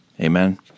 Amen